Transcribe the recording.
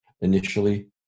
initially